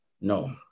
No